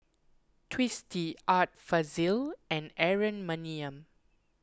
Twisstii Art Fazil and Aaron Maniam